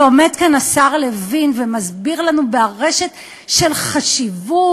ועומד כאן השר לוין ומסביר לנו בארשת של חשיבות,